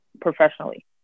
professionally